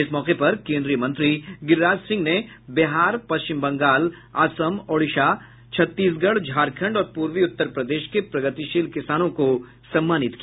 इस मौके पर केंद्रीय मंत्री गिरिराज सिंह ने बिहार पश्चिम बंगाल असम ओडिशा छत्तीसगढ़ झारखण्ड और पूर्वी उत्तर प्रदेश के प्रगतिशील किसानों को सम्मानित किया